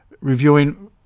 reviewing